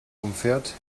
umfährt